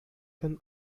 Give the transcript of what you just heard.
can